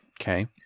Okay